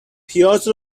پیاز